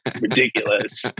ridiculous